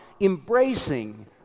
embracing